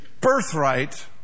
birthright